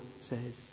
says